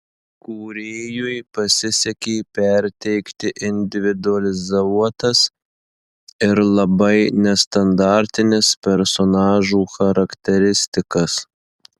kūrėjui pasisekė perteikti individualizuotas ir labai nestandartines personažų charakteristikas